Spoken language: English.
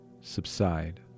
subside